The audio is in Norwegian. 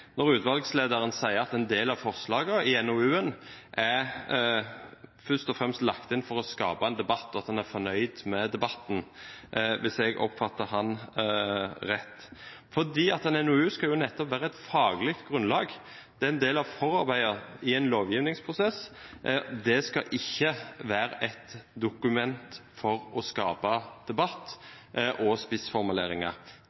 når utvalgslederen sier at en del av forslagene i NOU-en først og fremst er lagt inn for å skape en debatt, og at han er fornøyd med debatten – hvis jeg oppfattet ham rett. En NOU skal nettopp være et faglig grunnlag, den er en del av forarbeidet i en lovgivningsprosess. Den skal ikke være et dokument for å skape debatt og spissformuleringer.